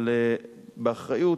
אבל באחריות,